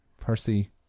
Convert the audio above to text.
Percy